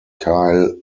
kyle